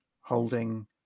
holding